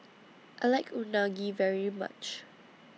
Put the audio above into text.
I like Unagi very much